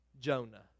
Jonah